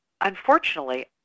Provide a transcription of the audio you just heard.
unfortunately